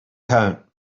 count